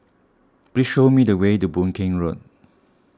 please show me the way to Boon Keng Road